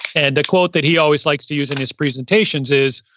and quote that he always likes to use in his presentations is,